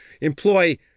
employ